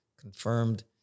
confirmed